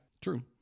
True